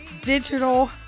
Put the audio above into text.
digital